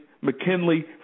McKinley